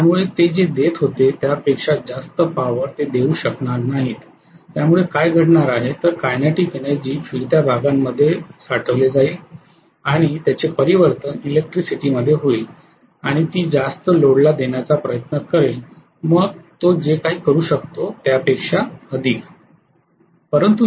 त्यामुळे ते जे देत होते त्यापेक्षा जास्त पॉवर ते देऊ शकणार नाहीत त्यामुळे काय घडणार आहे तर कायनेटिक एनर्जी फिरत्या भागांमध्ये हे साठवले जाईल आणि आणि त्याचे परिवर्तन इलेक्ट्रिसिटी मध्ये होईल आणि मग तो जे काही करू शकतो त्यापेक्षा अधिक जास्त लोडला देण्याचा प्रयत्न करेल